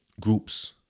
groups